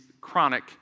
chronic